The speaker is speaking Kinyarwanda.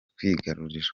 kwigarurira